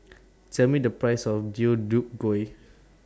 Tell Me The Price of Deodeok Gui